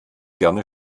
gerne